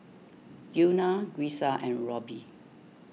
Una Grisel and Roby